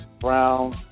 Brown